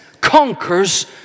conquers